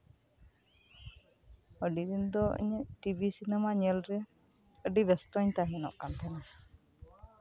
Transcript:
ᱟᱹᱰᱤ ᱫᱤᱱ ᱫᱚ ᱤᱧᱟᱹᱜ ᱴᱤᱵᱷᱤ ᱥᱤᱱᱮᱢᱟ ᱧᱮᱞ ᱨᱮ ᱟᱹᱰᱤ ᱵᱮᱥᱛᱚᱧ ᱛᱟᱸᱦᱮᱱᱚᱜ ᱠᱟᱱ ᱛᱟᱦᱮᱸᱱᱟ